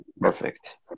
perfect